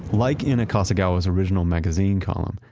like in akasegawa's original magazine column,